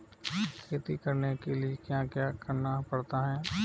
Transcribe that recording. खेती करने के लिए क्या क्या करना पड़ता है?